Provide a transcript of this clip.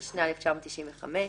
התשנ"ה-1995,